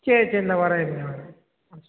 சரி சரி இந்தா வரேன் இருங்க வரேன் ஆ